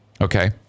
Okay